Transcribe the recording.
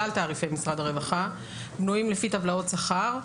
כלל תעריפי משרד הרווחה בנויים לפי טבלאות שכר,